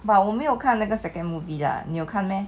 but 我没有看那个 second movie lah 你有看 meh